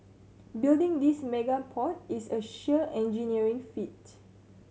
building this mega port is a sheer engineering feat